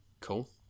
Cool